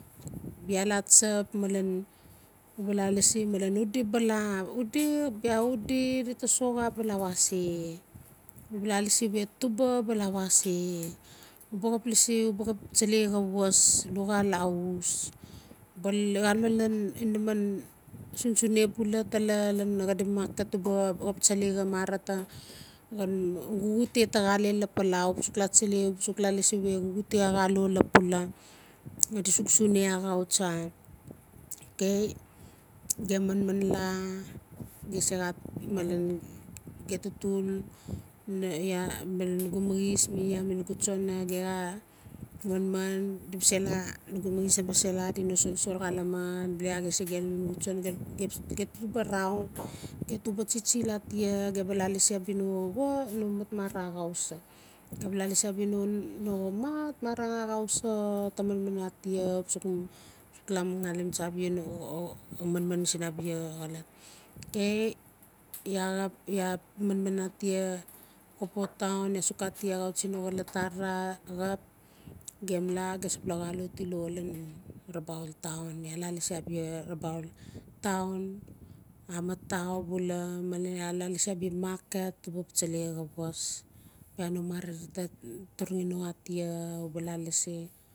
bia iaa la tsap malen uba la lasi malen udi bala udi bia udi di ta soxa balawa se u bala lasi we tuba balawa se u ba xap lasi u ba xap tsalei xa was luxaal a uus ba xalame lan inaman sunsune tala lan xadi market uba xap tsalei xa mara ta xan xuxute ta xale lapala u ba suk latsalei uba suk la lasi we a xalo lapula di suk sune axau tsa okay gem man man la gem se xa malen getutul na iaa mma nugumaxis iaa mi nugu maxis ia nugu maxis naba se la adi no solsol xalame di bale axesi gelu bugu tsona getu ba naon getu ba tsitsi atia gem ba la lasi abia no mat mara axau so gem ba la lasi no mat marang axau so ta manman atia u ba suk la mangalim tsa abia no-o manman siin abia xolot okay iaa manman atis kokopo town ias suk atik axautsi no xolot arara gem la gem sebula la rabaul iaa la lasi rabaul twon axap met axau bual male iaa la lasi abia market uba xap lasi xa was bia no mara di ta turangi no atia u ba la lasi